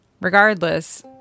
Regardless